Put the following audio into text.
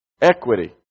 equity